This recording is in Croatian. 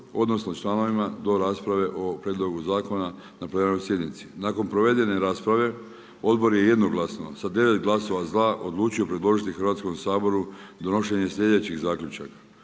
odnosno, članovima do rasprave o prijedlogu zakona na plenarnoj sjednici. Nakon provedene rasprave, odbor je jednoglasno, sa 9 glasova za, odlučio predložiti Hrvatskom saboru, donošenje sljedećih zaključaka.